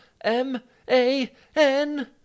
M-A-N